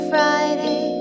Friday